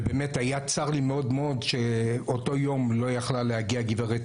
ובאמת היה צר לי מאוד שאותו יום לא יכלה להגיע חברת